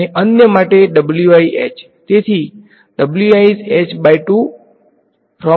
તેથી અને